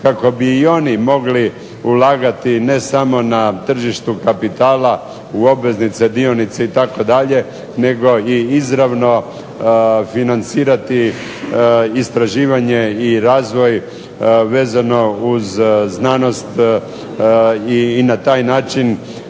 kao bi oni mogli ulagati ne samo na tržištu kapitala u obveznice, dionice itd., nego i izravno financirati istraživanje i razvoj vezano uz znanost i na taj način